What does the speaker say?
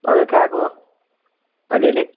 हजुर खाएको अलिअलि